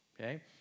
Okay